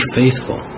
faithful